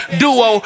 duo